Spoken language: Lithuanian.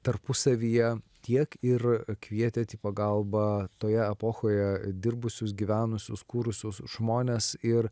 tarpusavyje tiek ir kvietėt į pagalbą toje epochoje dirbusius gyvenusius kūrusius žmones ir